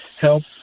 help